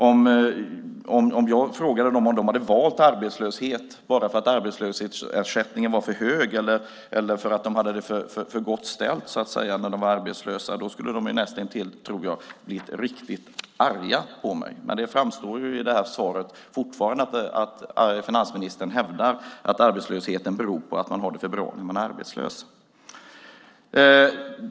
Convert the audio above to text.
Om jag frågade dem om de har valt arbetslöshet bara för att arbetslöshetsersättningen var för hög eller för att de hade det för gott ställt när de var arbetslösa skulle de näst intill bli riktigt arga på mig. Men det framgår av svaret att finansministern fortfarande hävdar att arbetslösheten beror på att människor har det för bra när de är arbetslösa.